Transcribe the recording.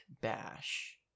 bash